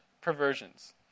perversions